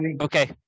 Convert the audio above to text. okay